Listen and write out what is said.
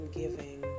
giving